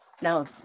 Now